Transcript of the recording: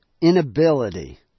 inability